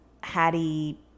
Hattie